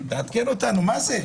תעדכן אותנו מה זה.